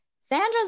Sandra's